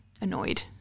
annoyed